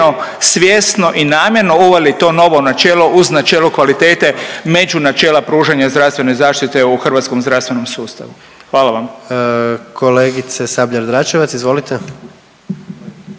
svjesno i namjerno uveli to novo načelo uz načelo kvalitete među načela pružanja zdravstvene zaštite u hrvatskom zdravstvenom sustavu. Hvala vam. **Jandroković, Gordan